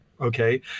Okay